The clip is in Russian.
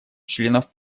членов